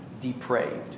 depraved